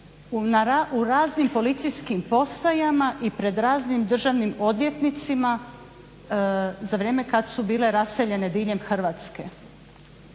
u raznim policijskim postajama i pred raznim državnim odvjetnicima za vrijeme kad su bile raseljene diljem Hrvatske.